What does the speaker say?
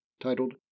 titled